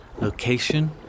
location